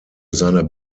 seiner